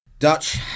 Dutch